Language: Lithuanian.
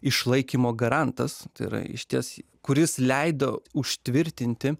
išlaikymo garantas yra išties kuris leido užtvirtinti